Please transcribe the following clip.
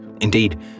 Indeed